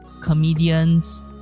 comedians